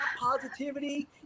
positivity